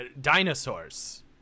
Dinosaurs